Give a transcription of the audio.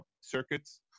circuits